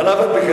אף-על-פי-כן,